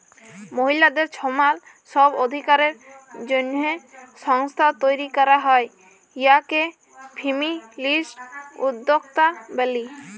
মহিলাদের ছমাল ছব অধিকারের জ্যনহে সংস্থা তৈরি ক্যরা হ্যয় উয়াকে ফেমিলিস্ট উদ্যক্তা ব্যলি